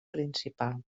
principal